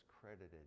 credited